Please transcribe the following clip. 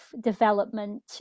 development